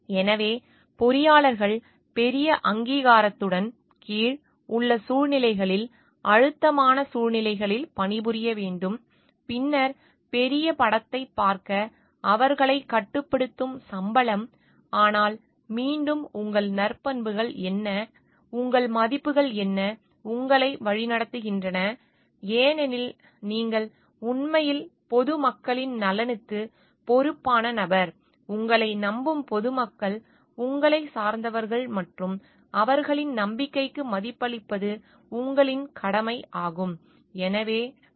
எனவே பொறியாளர்கள் பெரிய அதிகாரத்துவத்தின் கீழ் உள்ள சூழ்நிலைகளில் அழுத்தமான சூழ்நிலைகளில் பணிபுரிய வேண்டும் பின்னர் பெரிய படத்தைப் பார்க்க அவர்களைக் கட்டுப்படுத்தும் சம்பளம் ஆனால் மீண்டும் உங்கள் நற்பண்புகள் என்ன உங்கள் மதிப்புகள் என்ன உங்களை வழிநடத்துகின்றன ஏனெனில் நீங்கள் உண்மையில் பொது மக்களின் நலனுக்குப் பொறுப்பான நபர் உங்களை நம்பும் பொதுமக்கள் உங்களைச் சார்ந்தவர்கள் மற்றும் அவர்களின் நம்பிக்கைக்கு மதிப்பளிப்பது உங்கள் கடமை ஆகும்